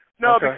No